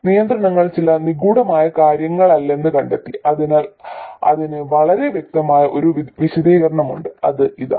നിയന്ത്രണൾ ചില നിഗൂഢമായ കാര്യങ്ങളല്ലെന്ന് കണ്ടെത്തി അതിനാൽ അതിന് വളരെ വ്യക്തമായ ഒരു വിശദീകരണമുണ്ട് അത് ഇതാണ്